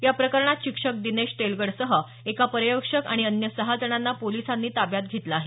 या प्रकरणात शिक्षक दिनेश तेलगडसह एक पर्यवेक्षक आणि अन्य सहा जणांना पोलिसांनी ताब्यात घेतलं आहे